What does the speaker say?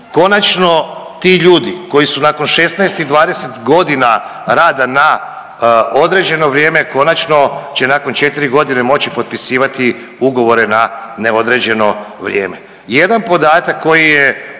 Konačno ti ljudi koji su nakon 16 i 20 godina rada na određeno vrijeme konačno će nakon 4 godine moći potpisivati ugovore na neodređeno vrijeme.